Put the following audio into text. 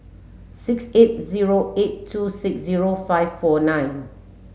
six eight zero eight two six zero five four nine